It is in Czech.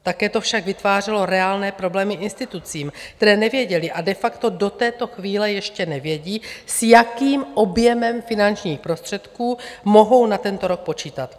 Také to však vytvářelo reálné problémy institucím, které nevěděly a de facto do této chvíle ještě nevědí, s jakým objemem finančních prostředků mohou na tento rok počítat.